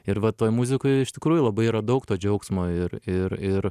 ir va toj muzikoje iš tikrųjų yra labai daug to džiaugsmo ir ir ir